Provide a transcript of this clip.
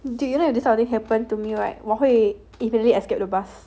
dude if this kind of thing happen to me right 我会 easily escape the bus